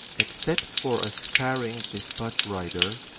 except for a scurrying despatch-rider,